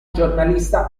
giornalista